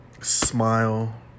Smile